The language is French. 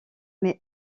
mais